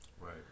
Right